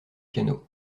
piano